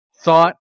thought